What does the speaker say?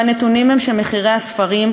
והנתונים הם שמחירי הספרים,